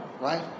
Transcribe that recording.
right